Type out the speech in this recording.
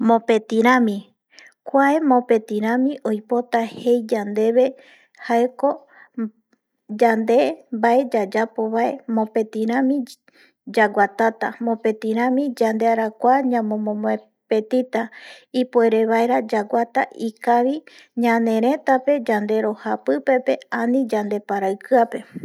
Mopeti rami, kuae mopeti rami oipota jei yandeve jaeko yande mbae yayapovae mopeti rami yaguatata, mopeti rami yandearakua ñamomopetita ipuere vaera yaguata ikavi ñanerëtape yandero japipepe ani yande paraikiape